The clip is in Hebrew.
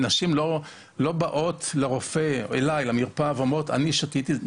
נשים לא באות לרופא למרפאה ואומרות שהן שתו במטרה לראות אם פגעו בעובר.